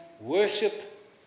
worship